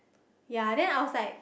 ya and then I was like